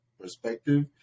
perspective